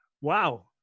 Wow